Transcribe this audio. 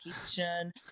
kitchen